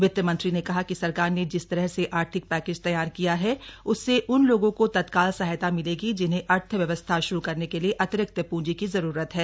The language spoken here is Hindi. वित्तमंत्री ने कहा कि सरकार ने जिस तरह से आर्थिक पैकेज तैयार किया है उससे उन लोगों को तत्काल सहायता मिलेगी जिन्हें अर्थव्यवस्था श्रू करने के लिए अतिरिक्त प्रंजी की जरूरत है